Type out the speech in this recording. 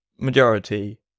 majority